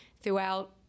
throughout